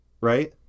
right